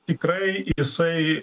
tikrai jisai